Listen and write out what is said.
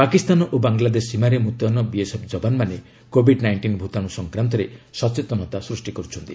ପାକିସ୍ତାନ ଓ ବାଙ୍ଗଲାଦେଶ ସୀମାରେ ମୁତୟନ ବିଏସ୍ଏଫ୍ ଯବାନମାନେ କୋଭିଡ୍ ନାଇଷ୍ଟିନ୍ ଭୂତାଣୁ ସଂକ୍ରାନ୍ତରେ ସଚେତନତା ସୃଷ୍ଟି କରୁଛନ୍ତି